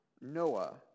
Noah